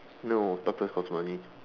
no doctors cost money